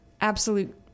absolute